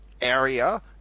area